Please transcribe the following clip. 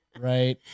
right